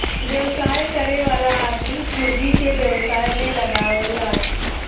व्यवसाय करे वाला आदमी पूँजी के व्यवसाय में लगावला